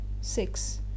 Six